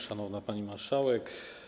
Szanowna Pani Marszałek!